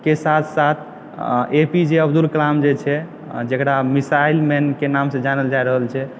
के साथ साथ एपीजे अब्दुल कलाम जे छै जेकरा मिशाइल मैन नामसँ जानल रहल छै